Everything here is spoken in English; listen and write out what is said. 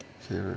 here